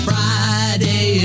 Friday